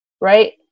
right